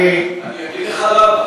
אני אגיד לך למה.